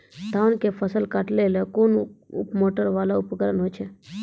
धान के फसल काटैले कोन मोटरवाला उपकरण होय छै?